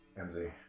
MZ